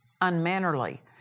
unmannerly